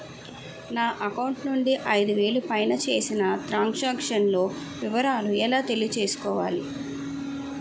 నా అకౌంట్ నుండి ఐదు వేలు పైన చేసిన త్రం సాంక్షన్ లో వివరాలు ఎలా తెలుసుకోవాలి?